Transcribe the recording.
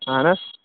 اَہنہٕ حظ